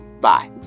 Bye